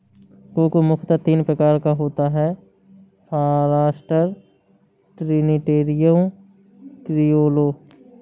cocoa मुख्यतः तीन प्रकार का होता है फारास्टर, ट्रिनिटेरियो, क्रिओलो